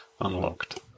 unlocked